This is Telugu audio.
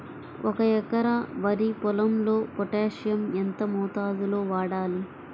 ఒక ఎకరా వరి పొలంలో పోటాషియం ఎంత మోతాదులో వాడాలి?